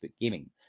Gaming